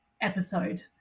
episode